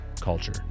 culture